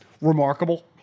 remarkable